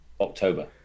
October